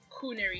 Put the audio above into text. coonery